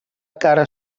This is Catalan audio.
cara